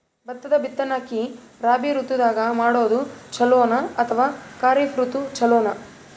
ಭತ್ತದ ಬಿತ್ತನಕಿ ರಾಬಿ ಋತು ದಾಗ ಮಾಡೋದು ಚಲೋನ ಅಥವಾ ಖರೀಫ್ ಋತು ಚಲೋನ?